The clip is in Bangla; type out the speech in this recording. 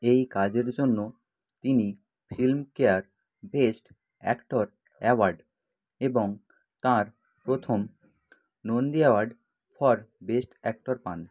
এই কাজের জন্য তিনি ফিল্মফেয়ার বেস্ট অ্যাক্টর অ্যাওয়ার্ড এবং তাঁর প্রথম Nandi award for best actor পান